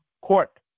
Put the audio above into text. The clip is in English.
Court